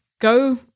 go